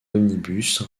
omnibus